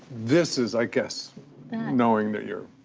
this is i guess knowing that you're,